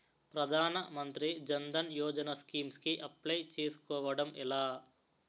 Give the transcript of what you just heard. ప్రధాన మంత్రి జన్ ధన్ యోజన స్కీమ్స్ కి అప్లయ్ చేసుకోవడం ఎలా?